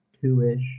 two-ish